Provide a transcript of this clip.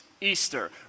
Easter